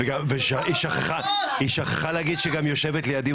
וגם היא שכחה להגיד שגם יושבת לידי